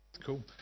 cool